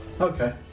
Okay